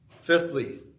Fifthly